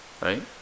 right